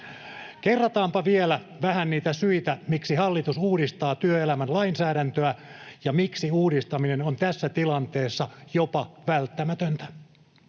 Kerrataanpa vielä vähän niitä syitä, miksi hallitus uudistaa työelämän lainsäädäntöä ja miksi uudistaminen on tässä tilanteessa jopa välttämätöntä: